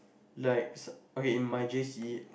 likes okay in my J_C